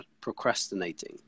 procrastinating